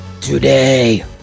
Today